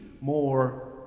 more